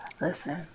Listen